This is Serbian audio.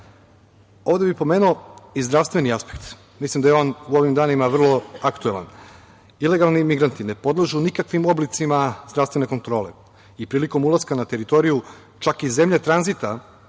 bih pomenuo i zdravstveni aspekt. Mislim da je on u ovim danima vrlo aktuelan. Ilegalni migranti ne podležu nikakvim oblicima zdravstvene kontrole i prilikom ulaska na teritorije čak i zemlje tranzita,